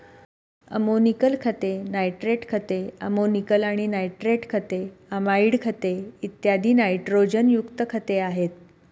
ammoniacal खते, nitrate खते, ammoniacal आणि नायट्रेट खते, अमाइड खते, इत्यादी नायट्रोजनयुक्त खते आहेत